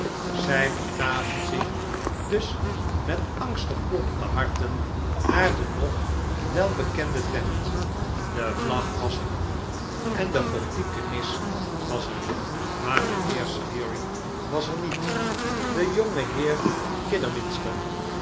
zij begaven zich dus met angstig kloppende harten naar de nog welbekende tent de vlag was er en de gothieke nis was er maar mijnheer sleary was er niet de